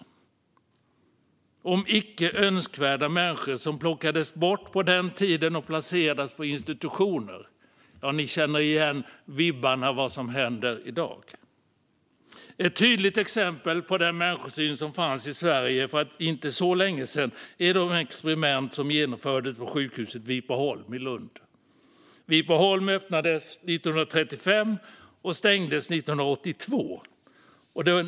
Det handlar om icke önskvärda människor som på den tiden plockades bort och placerades på institutioner, och ja, ni känner igen vibbarna av vad som händer i dag. Ett tydligt exempel på den människosyn som fanns i Sverige för inte så länge sedan är de experiment som genomfördes på sjukhuset Vipeholm i Lund. Vipeholm öppnades 1935 och stängdes 1982.